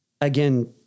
again